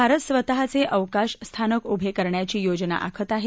भारत स्वतःचे अवकाश स्थानक उभे करण्याची योजना आखत आहे